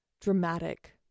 dramatic